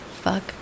Fuck